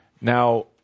Now